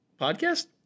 podcast